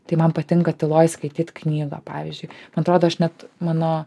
tai man patinka tyloj skaityt knygą pavyzdžiui man atrodo aš net mano